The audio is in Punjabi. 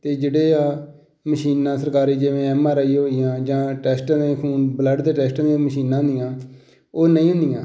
ਅਤੇ ਜਿਹੜੇ ਆ ਮਸ਼ੀਨਾਂ ਸਰਕਾਰੀ ਜਿਵੇਂ ਐੱਮ ਆਰ ਆਈ ਹੋਈਆਂ ਜਾਂ ਟੈਸਟਾਂ ਦੇ ਖੂਨ ਬਲੱਡ ਦੇ ਟੈਸਟ ਦੀਆਂ ਮਸ਼ੀਨਾਂ ਹੁੰਦੀਆਂ ਉਹ ਨਹੀਂ ਹੁੰਦੀਆਂ